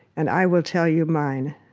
and i will tell you mine.